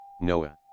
Noah